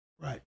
right